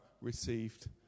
received